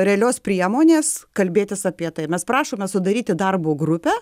realios priemonės kalbėtis apie tai mes prašome sudaryti darbo grupę